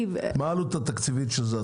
מהי העלות התקציבית של זה?